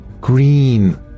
green